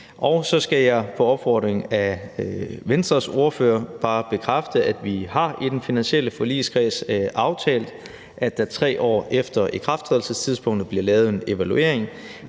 Så skal jeg på opfordring af Venstres ordfører bare bekræfte, at vi i den finansielle forligskreds har aftalt, at der 3 år efter ikrafttrædelsestidspunktet bliver lavet en evaluering,